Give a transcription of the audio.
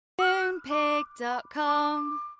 Moonpig.com